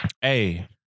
Hey